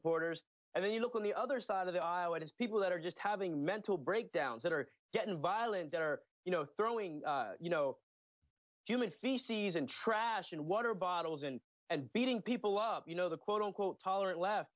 supporters and then you look on the other side of the aisle and it's people that are just having mental breakdowns that are getting violent that are you know throwing you know human feces and trash and water bottles and and beating people up you know the quote unquote tolerant left